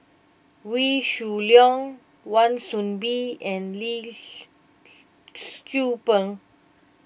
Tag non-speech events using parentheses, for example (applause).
Wee Shoo Leong Wan Soon Bee and Lee (noise) Tzu Pheng